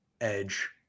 edge